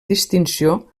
distinció